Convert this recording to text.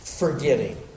Forgetting